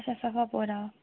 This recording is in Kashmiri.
اَچھا صفا پورا